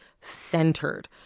centered